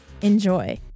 Enjoy